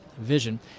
vision